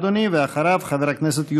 חבר הכנסת מסעוד גנאים,